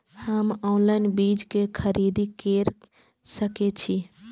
हम ऑनलाइन बीज के खरीदी केर सके छी?